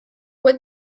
what